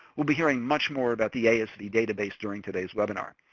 we'll be hearing much more about the asv database during today's webinar.